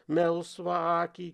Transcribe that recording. melsvą akį